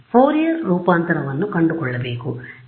Fourier ರೂಪಾಂತರವನ್ನು ಕಂಡುಕೊಳ್ಳಬೇಕು